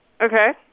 Okay